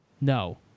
No